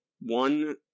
one